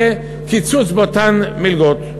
יהיה קיצוץ באותן מלגות.